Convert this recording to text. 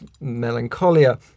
Melancholia